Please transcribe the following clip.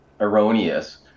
erroneous